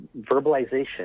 verbalization